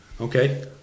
Okay